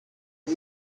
did